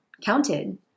counted